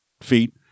feet